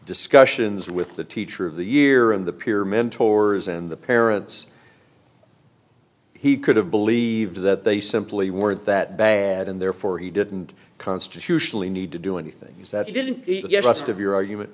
discussions with the teacher of the year and the peer mentors and the parents he could have believed that they simply weren't that bad and therefore he didn't constitutionally need to do anything is that he didn't get rest of your argument